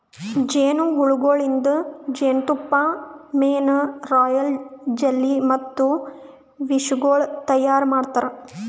ಜೇನು ಹುಳಗೊಳಿಂದ್ ಜೇನತುಪ್ಪ, ಮೇಣ, ರಾಯಲ್ ಜೆಲ್ಲಿ ಮತ್ತ ವಿಷಗೊಳ್ ತೈಯಾರ್ ಮಾಡ್ತಾರ